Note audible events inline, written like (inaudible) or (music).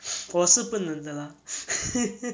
(noise) 我是不能的 lah (laughs)